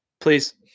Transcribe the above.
Please